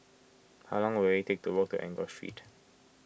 how long will it take to walk Enggor Street